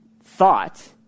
thought